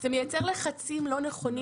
לדעתנו זה מייצר לחצים לא נכונים,